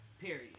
period